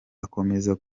akomeza